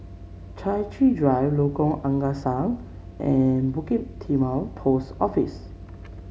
Chai Chee Drive Lengkok Angsa and Bukit Timah Post Office